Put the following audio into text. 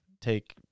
take